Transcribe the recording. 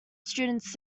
students